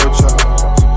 charge